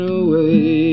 away